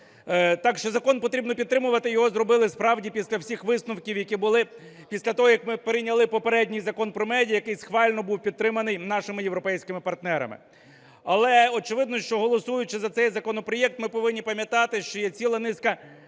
Так що закон потрібно підтримувати. Його зробили справді після всіх висновків, які були, після того як ми прийняли попередній Закон "Про медіа", який схвально був підтриманий нашими європейськими партнерами. Але, очевидно, що голосуючи за цей законопроект ми повинні пам'ятати, що є ціла низка